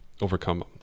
Overcome